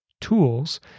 tools